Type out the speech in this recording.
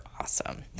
awesome